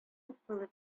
китте